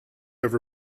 have